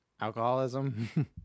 Alcoholism